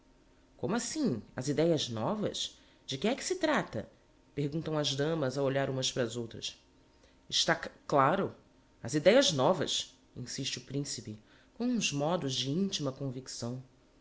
como assim as ideias novas de que é que se trata perguntam as damas a olhar umas para as outras está c laro as ideias novas insiste o principe com uns modos de intima convicção